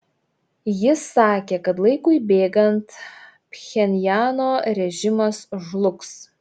jis sakė kad laikui bėgant pchenjano režimas žlugs